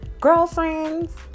girlfriends